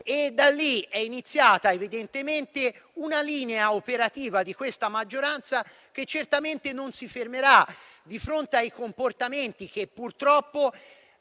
Da lì è iniziata una linea operativa di questa maggioranza, che certamente non si fermerà di fronte ai comportamenti che purtroppo